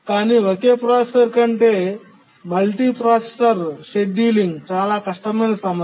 కానీ ఒకే ప్రాసెసర్ కంటే మల్టీప్రాసెసర్ షెడ్యూలింగ్ చాలా కష్టమైన సమస్య